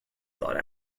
thought